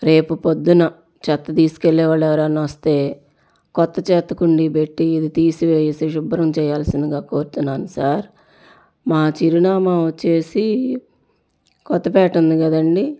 రేపు ప్రొద్దున చెత్త తీసుకెళ్ళేవాళ్ళు ఎవరైనా వస్తే క్రొత్త చెత్త కుండి పెట్టి ఇది తీసివేసి శుభ్రం చేయాల్సిందిగా కోరుతున్నాను సార్ మా చిరునామా వచ్చేసి కొత్తపేట ఉంది కదా అండీ